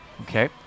okay